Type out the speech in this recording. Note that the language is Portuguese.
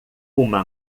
uma